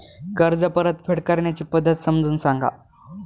कर्ज परतफेड करण्याच्या पद्धती समजून सांगा